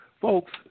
Folks